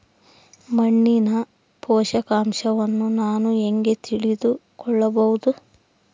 ಮಣ್ಣಿನ ಪೋಷಕಾಂಶವನ್ನು ನಾನು ಹೇಗೆ ತಿಳಿದುಕೊಳ್ಳಬಹುದು?